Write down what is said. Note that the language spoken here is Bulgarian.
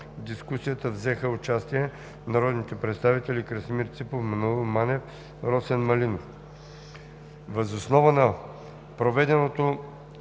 дискусията взеха участие народните представители Красимир Ципов, Маноил Манев и Росен Малинов. Въз основа на проведеното